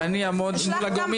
ואני אעמוד מול הגורמים